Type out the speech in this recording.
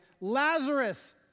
Lazarus